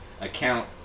account